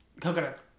Coconuts